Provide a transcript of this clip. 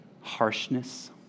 harshness